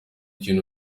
kintu